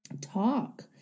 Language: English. talk